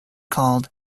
called